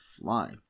Fly